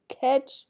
catch